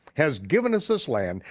has given us this land,